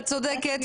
את צודקת.